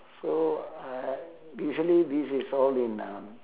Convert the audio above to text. so uh usually this is all in um